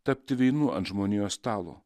tapti vynu ant žmonijos stalo